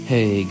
Hey